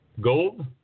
Gold